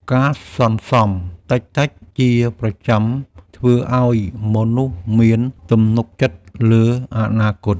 ការសន្សុំតិចៗជាប្រចាំធ្វើឱ្យមនុស្សមានទំនុកចិត្តលើអនាគត។